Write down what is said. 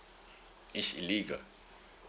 is illegal